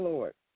Lord